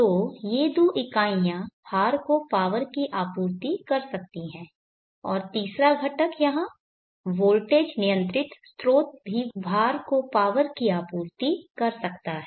तो ये दोनों इकाइयाँ भार को पावर की आपूर्ति कर सकती हैं और तीसरा घटक यहाँ वोल्टेज नियंत्रित स्रोत भी भार को पावर की आपूर्ति कर सकता है